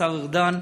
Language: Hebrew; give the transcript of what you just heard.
השר ארדן,